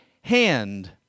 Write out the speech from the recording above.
hand